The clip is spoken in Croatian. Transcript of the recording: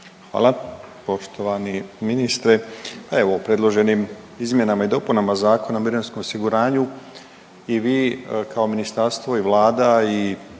Hvala. Poštovani ministre, pa evo predloženim izmjenama i dopunama Zakona o mirovinskom osiguranju i vi kao ministarstvo i vlada